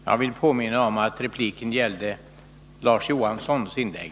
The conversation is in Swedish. Jag vill påminna om att repliken gällde Larz Johanssons inlägg.